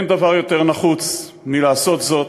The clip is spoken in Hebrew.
אין דבר יותר נחוץ מלעשות זאת,